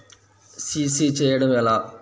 CC చేయడము ఎలా?